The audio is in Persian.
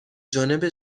جانب